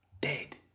dead